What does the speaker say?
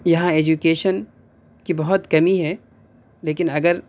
یہاں ایجوکیشن کی بہت کمی ہے لیکن اگر